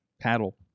paddle